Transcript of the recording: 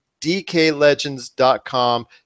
DKLegends.com